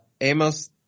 Amos